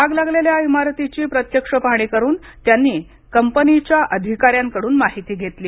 आग लागलेल्या इमारतीची प्रत्यक्ष पाहणी करून त्यांनी कंपनीच्या अधिकाऱ्यांकडून माहिती घेतली